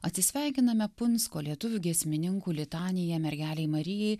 atsisveikiname punsko lietuvių giesmininkų litanija mergelei marijai